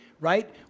right